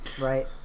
Right